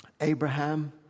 Abraham